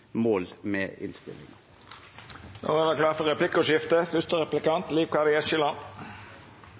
mål med innstillinga. Det vert replikkordskifte.